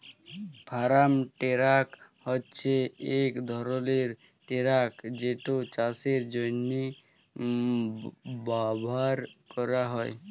farm tractor হছে ইক ধরলের টেরাক যেট চাষের জ্যনহে ব্যাভার ক্যরা হয়